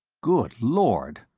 good lord,